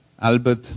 Albert